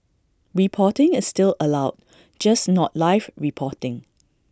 reporting is still allowed just not live reporting